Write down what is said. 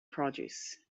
produce